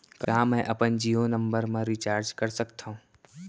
का मैं अपन जीयो नंबर म रिचार्ज कर सकथव?